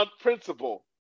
principle